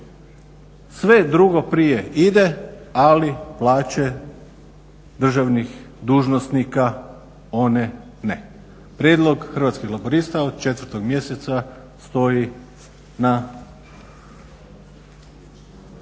Sve drugo prije, ali plaće državnih dužnosnika one ne. Prijedlog Hrvatskih laburista od 4.mjeseca stoji na